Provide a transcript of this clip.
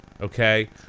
Okay